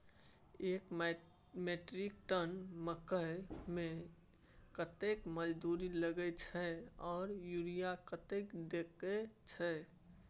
एक metric ton मकई में कतेक मजदूरी लगे छै आर यूरिया कतेक देके छै?